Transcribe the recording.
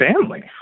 family